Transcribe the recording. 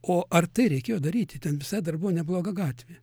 o ar tai reikėjo daryti ten visai dar buvo nebloga gatvė